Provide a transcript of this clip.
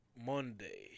Monday